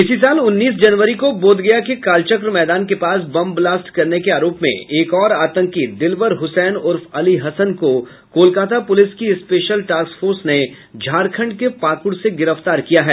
इसी साल उन्नीस जनवरी को बोधगया के कालचक्र मैदान के पास बम ब्लास्ट करने के आरोप में एक और आतंकी दिलवर हुसैन उर्फ अली हसन को कोलकता पुलिस की स्पेशल टॉस्क फोर्स ने झारखंड के पाकुड़ से गिरफ्तार किया है